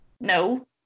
No